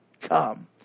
come